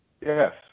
Yes